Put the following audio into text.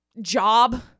job